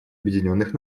объединенных